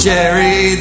Jerry